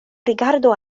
rigardo